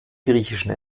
griechischen